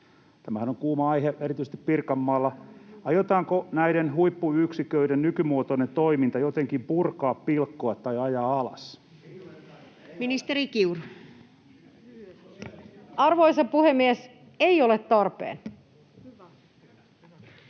Tämähän on kuuma aihe erityisesti Pirkanmaalla. Aiotaanko näiden huippuyksiköiden nykymuotoinen toiminta jotenkin purkaa, pilkkoa tai ajaa alas? [Aki Lindén: Ei ole tarpeen!]